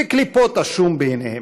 כקליפת השום בעיניהם.